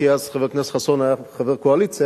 כי אז חבר הכנסת חסון היה חבר הקואליציה.